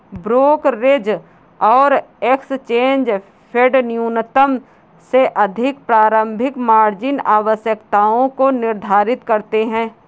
brokerage और exchange फेडन्यूनतम से अधिक प्रारंभिक मार्जिन आवश्यकताओं को निर्धारित करते हैं